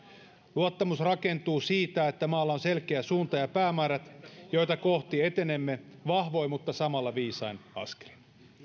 luottamus rakentuu siitä että maalla on selkeä suunta ja päämäärät joita kohti etenemme vahvoin mutta samalla viisain askelin